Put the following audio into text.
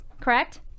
correct